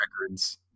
Records